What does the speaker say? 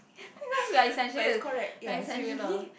because we are essentially the we're essentially